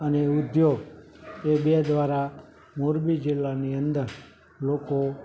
કૃષિ અને ઉદ્યોગ એ બે દ્વારા મોરબી જિલ્લાની અંદર લોકો